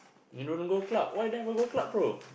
you don't go club why you never go club brother